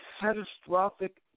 catastrophic